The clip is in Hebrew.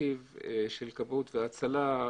נציב כבאות והצלה,